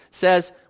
says